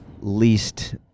least